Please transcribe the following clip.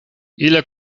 ile